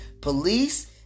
police